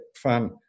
fun